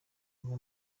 ngo